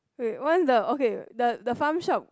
wait one the okay the the farm shop